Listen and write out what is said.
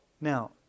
now